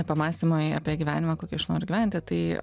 pamąstymai apie gyvenimą kokį aš noriu gyventi tai